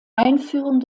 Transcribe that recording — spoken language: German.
einführung